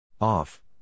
Off